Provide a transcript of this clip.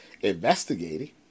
investigating